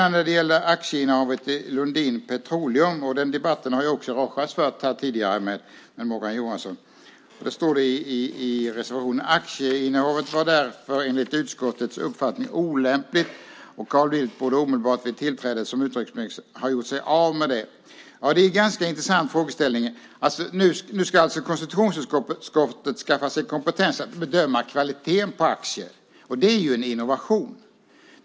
När det gäller aktieinnehavet i Lundin Petroleum - den debatten har Rojas tidigare här fört med Morgan Johansson - står det i reservationen: "Aktieinnehavet var därför enligt utskottets uppfattning olämpligt, och Carl Bildt borde omedelbart vid tillträdet som utrikesminister ha gjort sig av med det." Ja, det är en ganska intressant frågeställning. Konstitutionsutskottet ska alltså skaffa sig kompetens att bedöma kvaliteten på aktier. Detta är en innovation.